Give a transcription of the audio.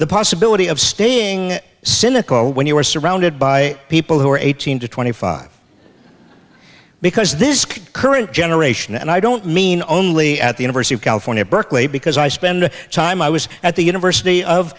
the possibility of staying cynical when you are surrounded by people who are eighteen to twenty five because this current generation and i don't mean only at the university of california berkeley because i spend time i was at the university of